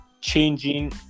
changing